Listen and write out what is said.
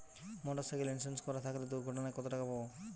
Motorcycle insurance করা থাকলে দুঃঘটনায় কতটাকা পাব?